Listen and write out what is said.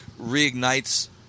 reignites